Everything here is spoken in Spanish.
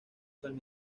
san